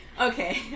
okay